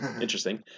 interesting